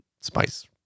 Spice